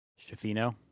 Shafino